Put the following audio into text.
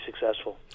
successful